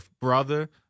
brother